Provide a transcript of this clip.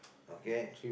okay